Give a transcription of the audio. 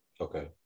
Okay